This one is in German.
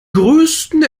größten